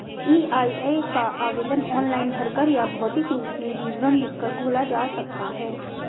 EIA का आवेदन online भरकर या भौतिक रूप में विवरण लिखकर खोला जा सकता है